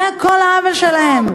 זה כל העוול שלהם.